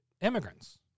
immigrants